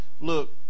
Look